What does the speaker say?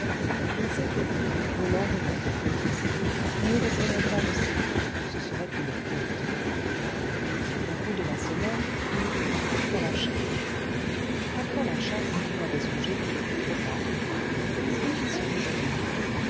il s'était dit le lendemain des comices n'y retournons pas de sitôt ce serait une faute et au bout de la semaine il était parti pour la chasse après la chasse il avait songé qu'il était trop tard puis il fit ce raisonnement